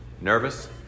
nervous